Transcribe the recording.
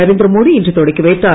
நரேந்திர மோடி இன்று தொடக்கிவைத்தார்